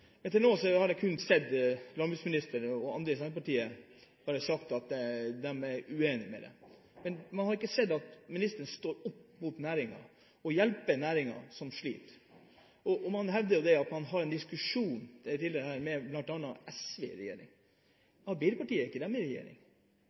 har jeg kun hørt landbruksministeren og andre i Senterpartiet si at de er uenige i det. Man har ikke sett at statsråden står opp for næringene og hjelper næringer som sliter. Man hevdet tidligere her at man har en diskusjon med bl.a. SV i regjering. Hva med Arbeiderpartiet – er ikke de i regjering?